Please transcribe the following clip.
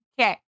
Okay